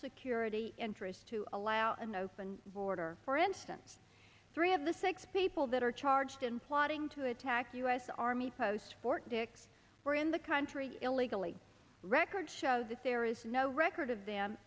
security interests to allow an open border for instance three of the six people that are charged in plotting to attack u s army post fort dix were in the country illegally records show that there is no record of them